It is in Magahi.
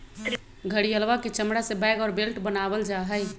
घड़ियलवा के चमड़ा से बैग और बेल्ट बनावल जाहई